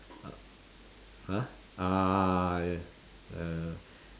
!huh! ah yeah yeah yeah